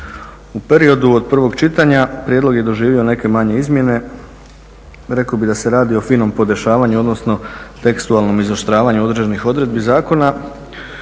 U periodu od prvog čitanja prijedlog je doživio neke manje izmjene, rekao bih da se radi o finom podešavanju odnosno tekstualnom izoštravanju određenih odredbi zakona